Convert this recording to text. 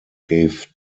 gave